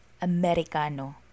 americano